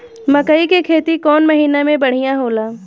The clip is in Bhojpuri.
मकई के खेती कौन महीना में बढ़िया होला?